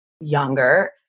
younger